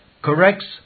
Corrects